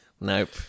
Nope